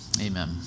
Amen